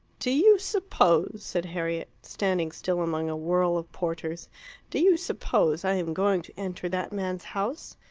do you suppose, said harriet, standing still among a whirl of porters do you suppose i am going to enter that man's house?